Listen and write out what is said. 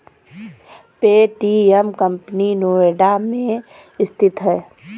Paytm company Noida में स्थित है